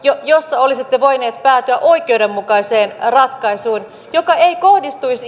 jossa olisitte voineet päätyä oikeudenmukaiseen ratkaisuun joka ei kohdistuisi